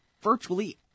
virtually